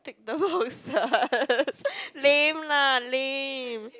tick the boxes lame lah lame